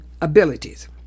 abilities